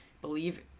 believe